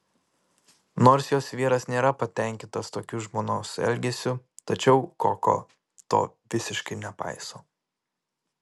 nors jos vyras nėra patenkintas tokiu žmonos elgesiu tačiau koko to visiškai nepaiso